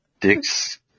Dick's